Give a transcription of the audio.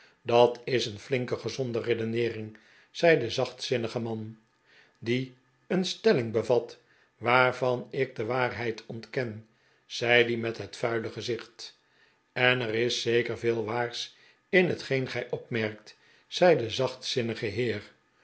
dat is een flinke gezonde redeneering zei de zachtzinnige man die een stelling be vat waar van ik de waarheid ontken zei die met het vuile gezicht en er is zeker veel waars in hetgeen gij opmerkt zei de zachtzinnige heer